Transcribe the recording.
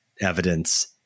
Evidence